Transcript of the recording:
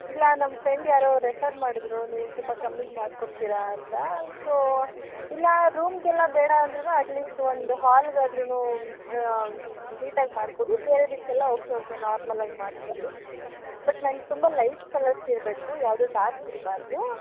ಇಲ್ಲ ನಮ್ಮ ಫ್ರೆಂಡ್ ಯಾರೋ ರೆಫರ್ ಮಾಡಿದ್ರು ನೀವು ತುಂಬ ಕಮ್ಮಿಗೆ ಮಾಡಿಕೊಡ್ತೀರ ಅಂತ ಸೊ ಇಲ್ಲ ರೂಮಿಗೆಲ್ಲ ಬೇಡ ಅಂದ್ರೂ ಅಟ್ ಲೀಸ್ಟ್ ಒಂದು ಹಾಲ್ಗಾದ್ರೂ ನೀಟ್ ಆಗಿ ಮಾಡಿಕೊಡಿ ಬೇರೆದಕ್ಕೆಲ್ಲ ಓಕೆ ಓಕೆ ನಾರ್ಮಲ್ ಆಗಿ ಮಾಡಿಕೊಡಿ ಬಟ್ ನಂಗೆ ತುಂಬ ಲೈಟ್ ಕಲರ್ಸ್ ಇರಬೇಕು ಯಾವುದೂ ಡಾರ್ಕ್ ಇರಬಾರ್ದು